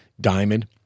diamond